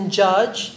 judge